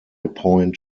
point